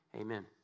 Amen